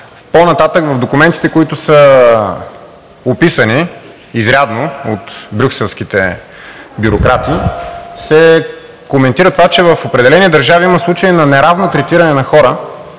По-нататък в документите, които са описани изрядно от брюкселските бюрократи, се коментира това, че в определени държави има случаи на неравно третиране на хора